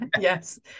yes